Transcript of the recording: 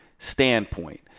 standpoint